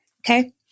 Okay